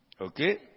okay